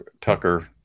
Tucker